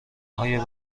آیا